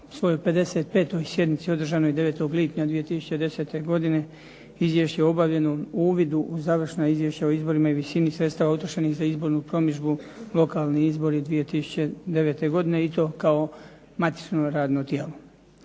na svojoj 55 sjednici održanoj 9. lipnja 2010. godine Izvješće o obavljenom uvidu u završna izvješća o izborima i visini sredstava utrošenih za izbornu promidžbu, lokalni izbori 2009. godine i to kao matično radno tijelo.